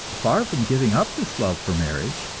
far from giving up this love for marriage,